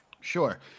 Sure